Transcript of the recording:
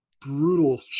brutal